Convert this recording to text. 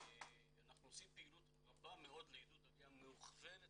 אנחנו עושים פעילות רבה מאוד לעידוד עלייה מוכוונת